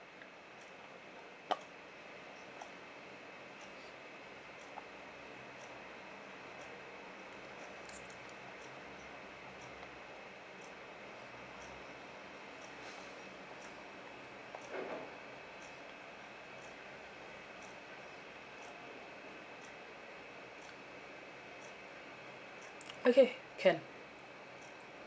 okay can